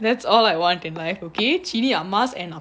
that's all I want in life okay chili a mask and a